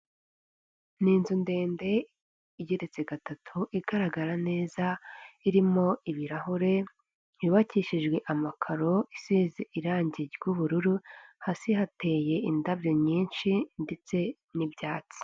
Ni inzu ndende igeretse gatatu igaragara neza irimo ibirahure byubakishijwe amakaro isize irangi ry'ubururu hasi hateye indabyo nyinshi ndetse n'ibyatsi .